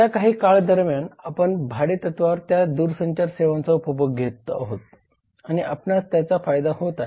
त्या काही काळादरम्यान आपण भाडे तत्वावर त्या दूरसंचार सेवांचा उपभोग घेत आहोत आणि आपणास त्याचा फायदा होत आहे